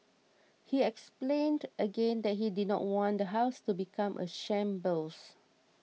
he explained again that he did not want the house to become a shambles